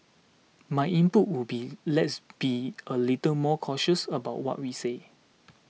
my input would be let's be a little more cautious about what we say